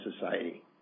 society